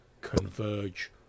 converge